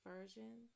Version